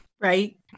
Right